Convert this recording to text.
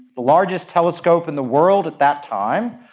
the largest telescope in the world at that time,